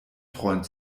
freund